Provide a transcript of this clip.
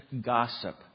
gossip